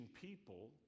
people